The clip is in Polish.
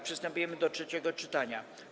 Przystępujemy do trzeciego czytania.